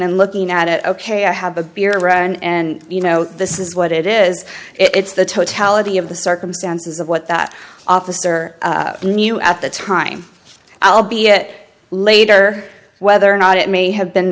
and looking at it ok i have a beer and you know this is what it is it's the totality of the circumstances of what that officer knew at the time i'll be it later whether or not it may have been